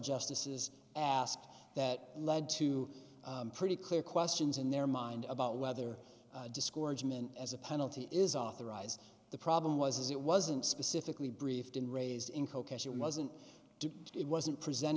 justices asked that led to pretty clear questions in their mind about whether discouragement as a penalty is authorized the problem was it wasn't specifically briefed and raised in coke as it wasn't it wasn't present